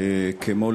כמו,